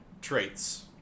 traits